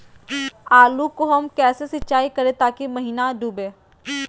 आलू को हम कैसे सिंचाई करे ताकी महिना डूबे?